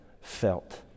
felt